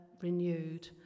renewed